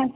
আচ্ছা